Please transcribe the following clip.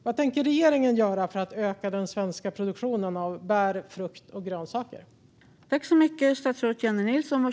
Vad tänker regeringen göra för att öka den svenska produktionen av bär, frukt och grönsaker?